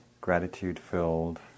gratitude-filled